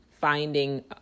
finding